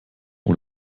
und